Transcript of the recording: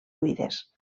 buides